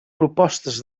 propostes